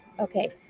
okay